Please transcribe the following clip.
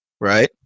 right